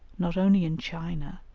not only in china,